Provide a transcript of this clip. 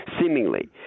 seemingly